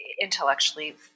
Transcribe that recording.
intellectually